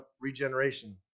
regeneration